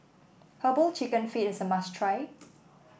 herbal chicken feet is a must try